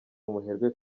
umuherwe